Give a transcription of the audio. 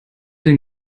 denn